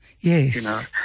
Yes